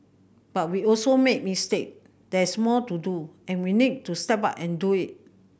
but we also made mistake there's more to do and we need to step up and do it